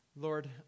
Lord